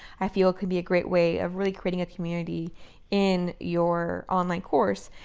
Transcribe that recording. i feel it could be a great way of really creating a community in your online course.